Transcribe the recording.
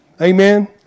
Amen